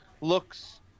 Looks